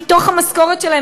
מתוך המשכורת שלהם,